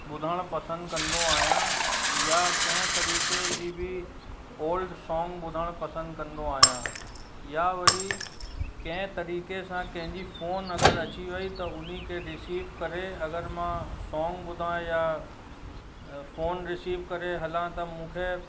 ॿुधणु पसंदि कंदो आहियां या कंहिं तरीक़े जी बि ओल्ड सॉन्ग ॿुधणु पसंदि कंदो आहियां या वरी कंहिं तरीक़े सां कंहिंजी फोन अगरि अची वई त हुन खे रिसीव करे अगरि मां सॉन्ग ॿुधां या फोन रिसीव करे हला त मूंखे